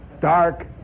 dark